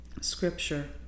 Scripture